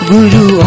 Guru